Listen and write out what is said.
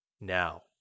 now